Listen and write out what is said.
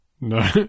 No